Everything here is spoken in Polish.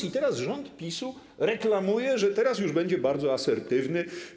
I teraz rząd PiS-u reklamuje, że teraz już będzie bardzo asertywny.